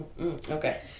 Okay